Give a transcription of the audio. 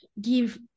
give